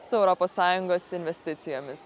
su europos sąjungos investicijomis